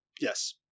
yes